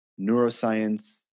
neuroscience